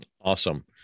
Awesome